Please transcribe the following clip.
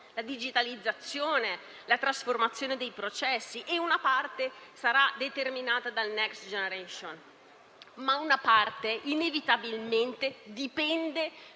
la digitalizzazione e la trasformazione dei processi. Una parte sarà determinata dal Next generation EU, ma, inevitabilmente, parte